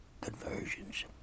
conversions